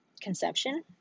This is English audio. conception